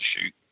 shoot